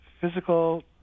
physical